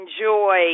enjoy